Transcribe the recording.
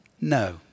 no